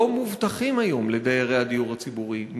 לא מובטחים היום לדיירי הדיור הציבורי.